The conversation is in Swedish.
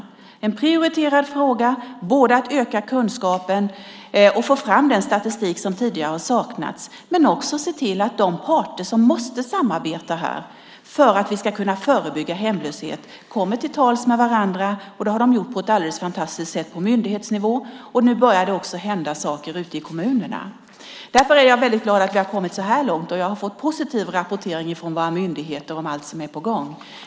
Det är en prioriterad fråga att öka kunskapen och få fram den statistik som tidigare har saknats. För att vi ska kunna förebygga hemlöshet är det även viktigt att se till att de parter som här måste samarbeta kommer till tals med varandra. Det har de gjort på ett alldeles fantastiskt sätt på myndighetsnivå, och nu börjar det också hända saker ute i kommunerna. Jag är väldigt glad att vi kommit så här långt, och jag har fått positiv rapportering från våra myndigheter om allt som är på gång.